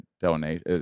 donate